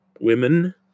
women